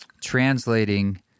translating